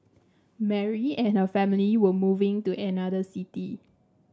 Mary and her family were moving to another city